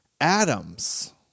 atoms